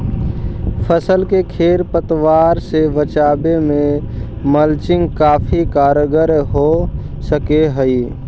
फसल के खेर पतवार से बचावे में मल्चिंग काफी कारगर हो सकऽ हई